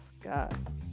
God